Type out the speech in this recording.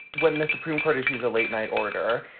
when the supreme court issues a late night order,